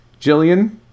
Jillian